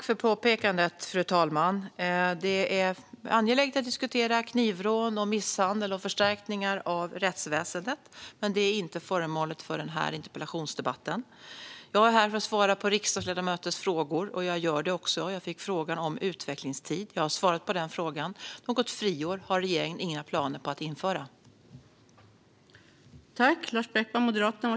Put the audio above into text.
Fru talman! Tack för påpekandet! Det är angeläget att diskutera knivrån, misshandel och förstärkningar av rättsväsendet. Men det är inte föremålet för denna interpellationsdebatt. Jag är här för att svara på riksdagsledamöters frågor, och jag gör det också. Jag fick en fråga om utvecklingstid och har svarat på den. Något friår har regeringen inga planer på att införa.